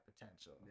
potential